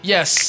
Yes